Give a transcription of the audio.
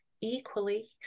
equally